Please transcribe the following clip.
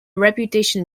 reputation